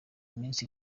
minsi